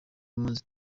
mpunzi